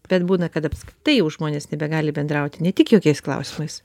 bet būna kad apskritai jau žmonės nebegali bendrauti ne tik jokiais klausimais